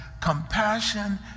Compassion